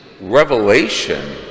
revelation